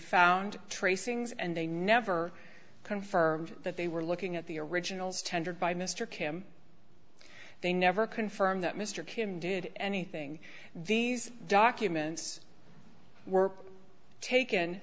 found tracings and they never confirmed that they were looking at the originals tendered by mr kim they never confirmed that mr kim did anything these documents were taken